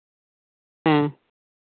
ᱦᱮᱸ